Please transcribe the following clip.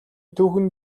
түүхэн